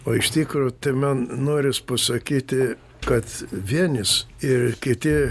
o iš tikro tai man noris pasakyti kad vienis ir kiti